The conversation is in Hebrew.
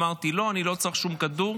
אמרתי: לא, אני לא צריך שום כדור.